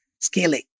scaling